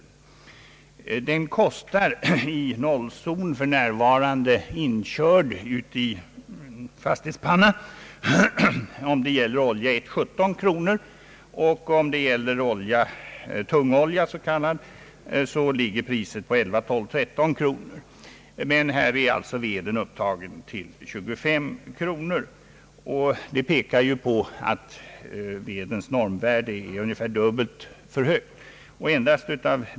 I nollzon kostar för närvarande olja 1, inkörd till fastighetspanna, 17 kronor för 100 liter. Om det gäller s.k. tung olja är priset 11, 12 eller 13 kronor. Här är alltså veden upptagen till 25 kronor, och det tyder på att vedens normvärde är ungefär dubbelt så högt som det borde vara.